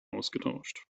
ausgetauscht